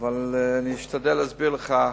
אני אשתדל להסביר לך.